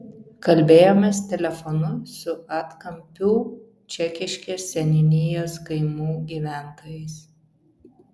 kalbėjomės telefonu su atkampių čekiškės seniūnijos kaimų gyventojais